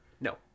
No